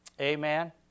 Amen